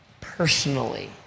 personally